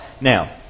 Now